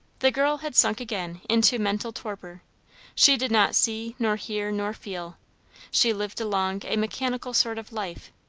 the girl had sunk again into mental torpor she did not see nor hear nor feel she lived along a mechanical sort of life,